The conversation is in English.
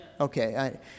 Okay